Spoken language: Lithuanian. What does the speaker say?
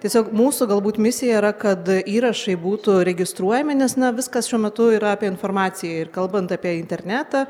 tiesiog mūsų galbūt misija yra kad įrašai būtų registruojami nes na viskas šiuo metu yra apie informaciją ir kalbant apie internetą